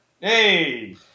Hey